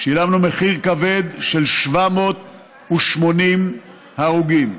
שילמנו מחיר כבד של 780 הרוגים.